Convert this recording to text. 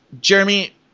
Jeremy